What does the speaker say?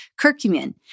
curcumin